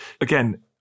Again